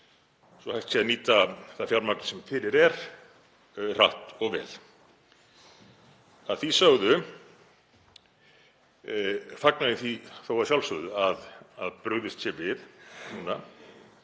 svo hægt sé að nýta það fjármagn sem fyrir er hratt og vel. Að því sögðu fagna ég því þó að sjálfsögðu að brugðist sé við núna